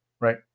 Right